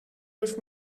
with